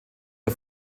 der